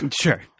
Sure